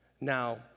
Now